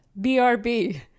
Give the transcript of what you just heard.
BRB